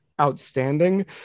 outstanding